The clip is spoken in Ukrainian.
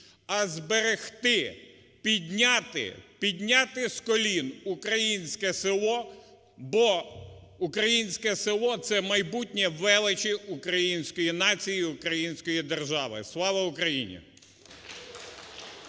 підняти, підняти з колін українське село, бо українське село – це майбутня велич української нації і української держави. Слава Україні!